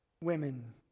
women